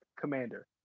Commander